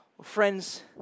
Friends